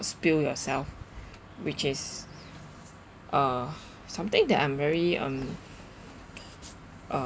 spill yourself which is uh something that I'm very um uh